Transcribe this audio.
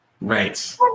right